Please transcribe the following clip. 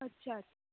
अच्छा